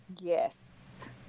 Yes